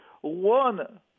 one